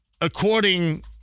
according